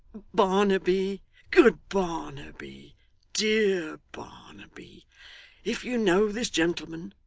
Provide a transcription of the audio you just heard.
barnaby good barnaby dear barnaby if you know this gentleman,